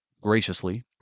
graciously